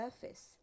surface